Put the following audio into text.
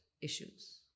issues